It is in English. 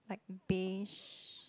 like bash